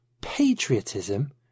Patriotism